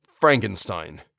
Frankenstein